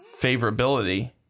favorability